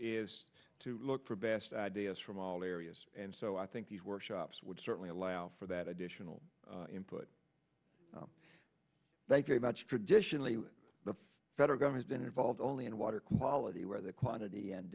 is to look for best ideas from all areas and so i think these workshops would certainly allow for that additional input thank you much traditionally the federal government been involved only in water quality where the quantity and